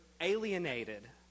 alienated